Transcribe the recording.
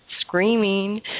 screaming